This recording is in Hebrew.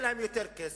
כי יהיה להם יותר כסף,